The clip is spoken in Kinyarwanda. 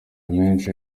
menshi